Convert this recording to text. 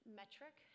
metric